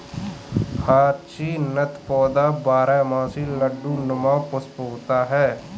hyacinth पौधा बारहमासी लट्टू नुमा पुष्प होता है